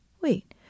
wait